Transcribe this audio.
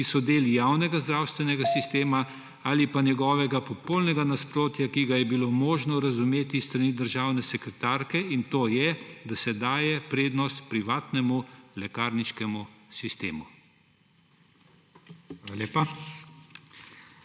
ki so del javnega zdravstvenega sistema, ali pa njegovega popolnoma nasprotja, ki ga je bilo mogoče razumeti s strani državne sekretarke, in to je, da se daje prednost privatnemu lekarniškemu sistemu?